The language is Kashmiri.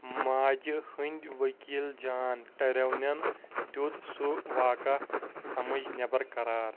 ماجہِ ہٕنٛدۍ ؤکیٖل جان ٹریوینن دِیُت سُہ واقع سمٕجھ نٮ۪بر قرار